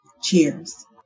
Cheers